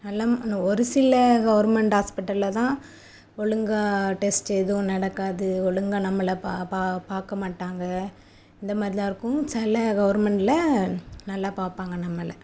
நல்லா ஆனால் ஒரு சில கவுர்மெண்ட் ஹாஸ்பிட்டலில் தான் ஒழுங்காக டெஸ்ட் எதுவும் நடக்காது ஒழுங்காக நம்மளை பார்க்க மாட்டாங்க இந்தமாதிரி தான் இருக்கும் சில கவர்மெண்ட்ல நல்லா பார்ப்பாங்க நம்மளை